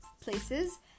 places